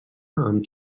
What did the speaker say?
amb